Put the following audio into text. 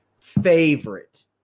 favorite